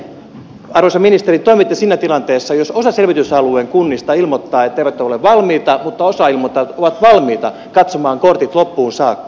miten arvoisa ministeri toimitte siinä tilanteessa jos osa selvitysalueen kunnista ilmoittaa etteivät ole valmiita mutta osa ilmoittaa että ovat valmiita katsomaan kortit loppuun saakka